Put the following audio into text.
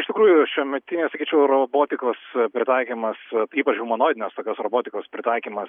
iš tikrųjų šiuometinio sakyčiau robotikos pritaikymas ypač humanoidinės tokios robotikos pritaikymas